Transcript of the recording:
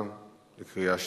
הצבעה בקריאה שנייה.